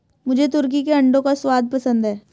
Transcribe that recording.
मुझे तुर्की के अंडों का स्वाद पसंद है